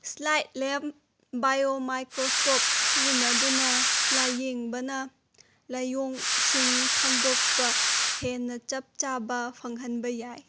slide ꯂꯦꯝ bio microscope ꯁꯤꯖꯤꯟꯅꯗꯨꯅ ꯂꯥꯏꯌꯦꯡꯕꯅ ꯂꯥꯏꯑꯣꯡꯁꯤꯡ ꯈꯪꯗꯣꯛꯄ ꯍꯦꯟꯅ ꯆꯞ ꯆꯥꯕ ꯐꯪꯍꯟꯕ ꯌꯥꯏ